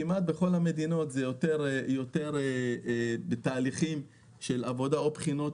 כמעט בכל המדינות זה יותר בתהליכים של עבודה או בחינות